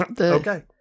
Okay